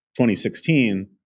2016